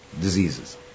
diseases